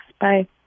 Bye